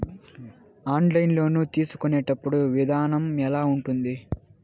online loan తీసుకునేటప్పుడు విధానం ఎలా ఉంటుంది